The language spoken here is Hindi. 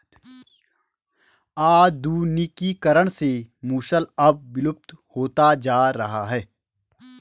आधुनिकीकरण से मूसल अब विलुप्त होता जा रहा है